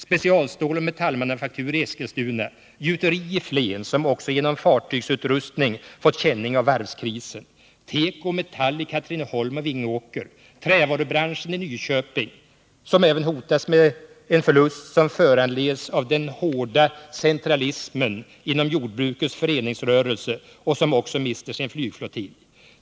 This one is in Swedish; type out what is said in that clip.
Specialstål och metallmanufaktur i Eskilstuna. Gjuteri i Flen, som också genom fartygsutrustningar fått känning av varvskrisen. Teko och metall i Katrineholm och Vingåker. Trävarubranschen i Nyköping, som därtill hotas med en förlust som föranleds av den hårda centralismen inom jordbrukets föreningsrörelse och som också mister sin flygflottilj.